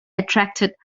attracted